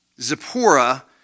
Zipporah